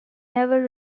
never